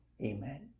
Amen